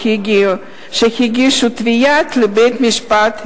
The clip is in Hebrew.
שהגישו תביעה לבית-המשפט,